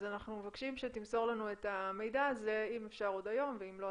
אנחנו מבקשים שתמסור לנו את המידע הזה אם אפשר עוד היום; ואם לא,